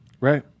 Right